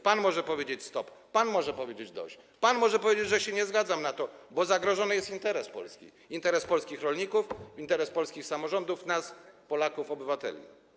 Pan może powiedzieć: stop, pan może powiedzieć: dość, pan może powiedzieć, że się na to nie zgadza, bo zagrożony jest interes Polski, interes polskich rolników, interes polskich samorządów, nas Polaków, obywateli.